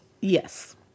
Yes